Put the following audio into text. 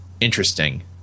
interesting